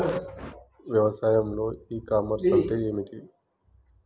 వ్యవసాయంలో e commerce అంటే ఏమిటి?